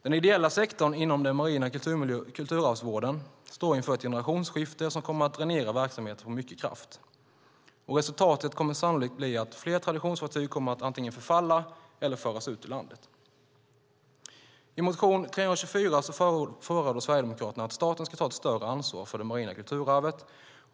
Den ideella sektorn inom den marina kulturarvsvården står inför ett generationsskifte som kommer att dränera verksamheten på mycket kraft. Resultatet kommer sannolikt att bli att fler traditionsfartyg antingen kommer att förfalla eller föras ut ur landet. I motion 324 förordar Sverigedemokraterna att staten ska ta ett större ansvar för det marina kulturarvet.